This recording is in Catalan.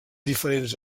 diferents